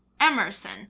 Emerson